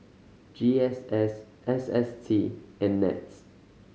G S S S S T and NETS